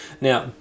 Now